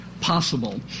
possible